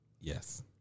Yes